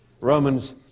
Romans